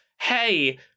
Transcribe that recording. hey